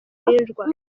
ashinjwa